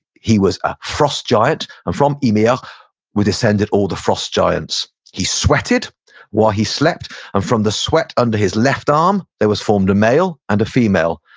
he was a frost giant and from ymir was descended all the frost giants. he sweated while he slept and from the sweat under his left arm, um there was formed a male and female.